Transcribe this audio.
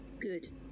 Good